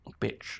Bitch